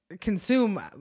consume